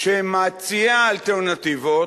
שמציעה אלטרנטיבות